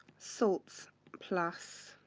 salts plus